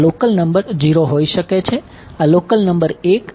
આ local number 1 આને local number 2 કહીશ